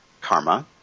karma